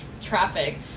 Traffic